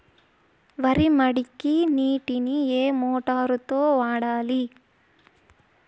వరి మడికి నీటిని ఏ మోటారు తో వాడాలి?